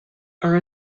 are